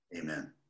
amen